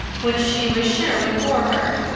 which she was sure would bore her.